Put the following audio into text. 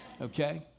Okay